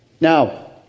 Now